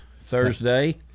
Thursday